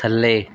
ਥੱਲੇ